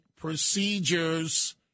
procedures